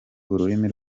ururimi